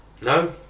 No